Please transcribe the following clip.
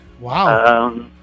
Wow